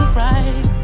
right